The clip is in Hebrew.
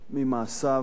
ממעשיו,